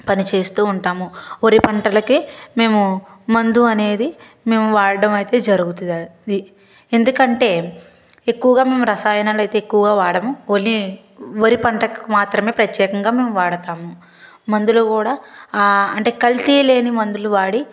పని చేయిస్తు ఉంటాము వరి పంటలకే మేము మందు అనేది మేము వాడడమైతే జరిగుతుంది ఎందుకంటే ఎక్కువగా మేము రసాయనాలైతే ఎక్కువగా వాడము ఓన్లీ వరి పంటకు మాత్రమే ప్రత్యేకంగా మేము వాడుతాం మందులు కూడా అంటే కల్తీ లేని మందులు వాడి